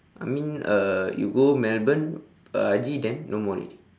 I mean uh you go melbourne uh haji then no more already